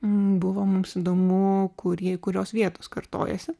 buvo mums įdomu kurį kurios vietos kartojasi